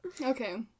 Okay